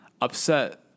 Upset